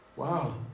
Wow